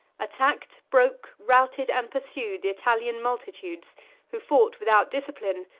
attacked, broke, routed, and pursued the italian multitudes who fought without discipline,